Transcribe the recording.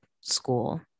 school